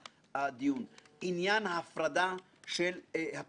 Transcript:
לעסוק כל הזמן אחרי בנק ישראל כדי לעסוק